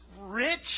rich